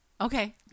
Okay